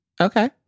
Okay